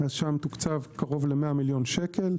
שם תוקצב קרוב ל-100 מיליון שקל.